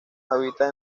habita